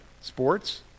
Sports